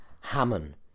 Hammond